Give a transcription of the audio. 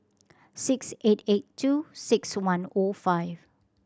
six eight eight two six one O five